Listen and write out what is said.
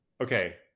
Okay